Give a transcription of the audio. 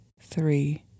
three